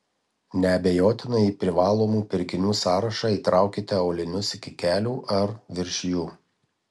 neabejotinai į privalomų pirkinių sąrašą įtraukite aulinius iki kelių ar virš jų